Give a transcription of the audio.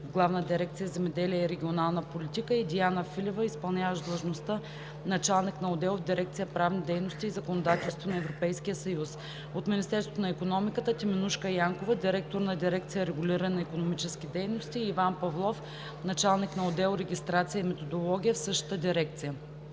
главна дирекция „Земеделие и регионална политика“, и Диана Филева – изпълняващ длъжността „началник на отдел“ в дирекция „Правни дейности и законодателство на Европейския съюз“; от Министерството на икономиката: Теменужка Янкова – директор на дирекция „Регулиране на икономически дейности“, и Иван Павлов – началник на отдел „Регистрация и методология“ в същата дирекция.